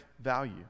value